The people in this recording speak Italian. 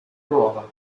nuova